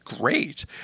great